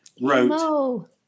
wrote